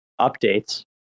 updates